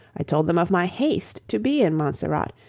i told them of my haste to be in montserrat,